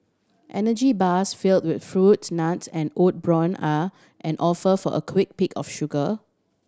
energy bars fill with fruits nuts and oat bran are on offer for a quick pick of sugar